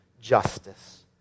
justice